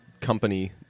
company